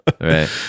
right